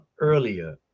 earlier